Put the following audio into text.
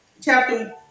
chapter